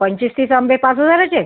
पंचवीस तीस आंबे पाच हजाराचे